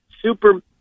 super